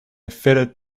fitted